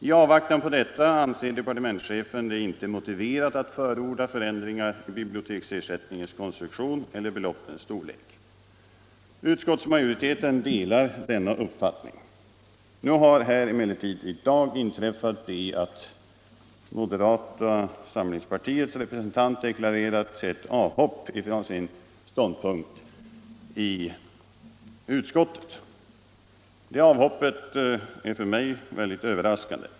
I avvaktan på detta anser departementschefen det inte motiverat att förorda förändringar i biblioteksersättningens konstruktion eller beloppens storlek. Utskottsmajoriteten delar denna uppfattning. Nu har emellertid moderata samlingspartiets representant här i dag deklarerat ett avhopp från sin ståndpunkt i utskottet. Det avhoppet är för mig mycket överraskande.